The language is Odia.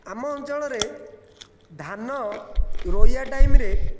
ଆମ ଅଞ୍ଚଳରେ ଧାନ ରୋଇବା ଟାଇମ୍ରେ